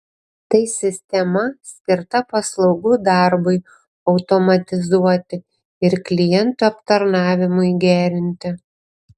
tai sistema skirta paslaugų darbui automatizuoti ir klientų aptarnavimui gerinti